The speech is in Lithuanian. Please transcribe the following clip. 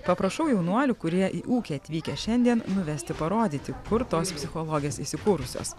paprašau jaunuolių kurie į ūkį atvykę šiandien nuvesti parodyti kur tos psichologės įsikūrusios